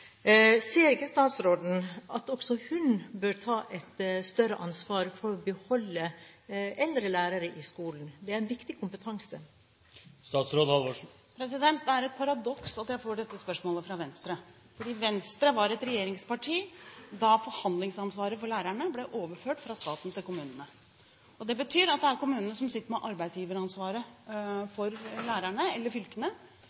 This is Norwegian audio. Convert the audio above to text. Ser ikke statsråden at også hun bør ta et større ansvar for å beholde eldre lærere i skolen? Det er en viktig kompetanse. Det er et paradoks at jeg får dette spørsmålet fra Venstre, for Venstre var et regjeringsparti da forhandlingsansvaret for lærerne ble overført fra staten til kommunene. Det betyr at det er kommunene som sitter med arbeidsgiveransvaret